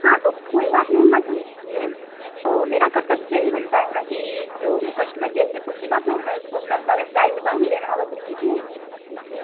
हाँ तो कोई बात नहीं मत लीजिए तो मेरा कर्तव्य तो यही बनता है ना कि जो कश्टमर जैसे पूछेगा तो मैं उसको अपना प्राइज़ बताऊँगी लेना होगा तो लीजिए नहीं तो मत लीजिए